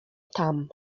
tam